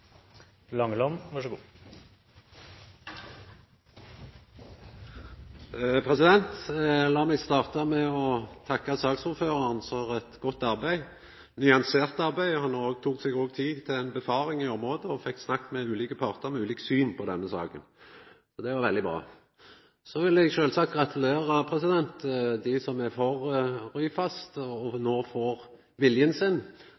meg starta med å takka saksordføraren for eit godt og nyansert arbeid. Han tok seg òg tid til ei befaring i området og fekk snakka med ulike partar med ulikt syn på denne saka. Så det var veldig bra. Så vil eg sjølvsagt gratulera dei som er for Ryfast og